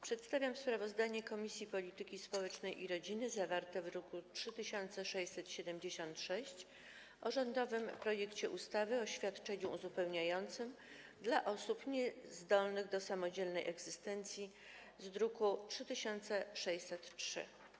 Przedstawiam sprawozdanie Komisji Polityki Społecznej i Rodziny, zawarte w druku nr 3676, o rządowym projekcie ustawy o świadczeniu uzupełniającym dla osób niezdolnych do samodzielnej egzystencji, druk nr 3603.